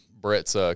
Brett's